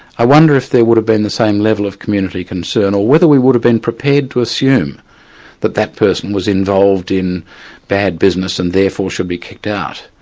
i wonder if there would have been the same level of community concern, or whether we would have been prepared to assume that that person was involved in bad business and therefore should be kicked out?